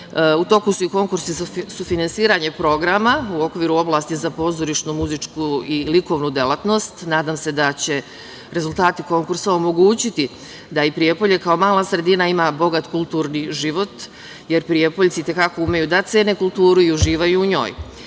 toku su i konkursi za sufinansiranje programa u okviru oblasti za pozorišnu, muzičku i likovnu delatnost. Nadam se da će rezultati konkursa omogućiti da i Prijepolje kao mala sredina ima bogat kulturni život, jer Prijepoljci i te kako umeju da cene kulturu i uživaju u